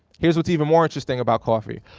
here's what's even more interesting about coffee.